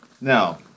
Now